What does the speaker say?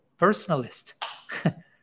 personalist